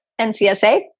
NCSA